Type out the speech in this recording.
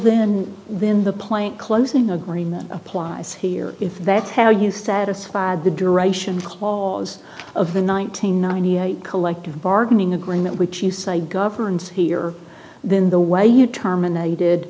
then when the plant closing agreement applies here if that's how you satisfied the duration clause of the one nine hundred ninety eight collective bargaining agreement which you say governs here then the why you terminated